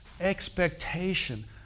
expectation